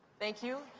thank you.